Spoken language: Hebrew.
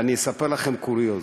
אספר לכם קוריוז.